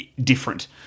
different